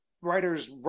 writers